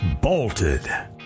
bolted